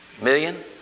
million